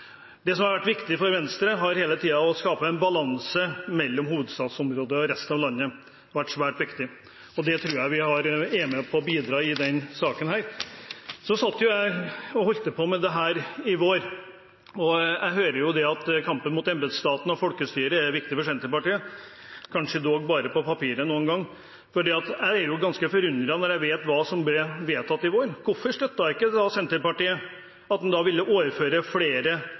har nok ikke vært viktig for Senterpartiet. Det som har vært svært viktig for Venstre, har hele tiden vært å skape en balanse mellom hovedstadsområdet og resten av landet, og det tror jeg vi er med på å bidra til i denne saken. Jeg holdt på med dette i vår, og jeg hører at kampen mot embetsstaten og folkestyret er viktig for Senterpartiet, kanskje dog bare på papiret noen ganger, for jeg er ganske forundret når jeg vet hva som ble vedtatt i vår. Hvorfor støttet ikke Senterpartiet at en ville overføre flere